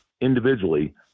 individually